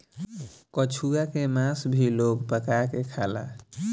कछुआ के मास भी लोग पका के खाला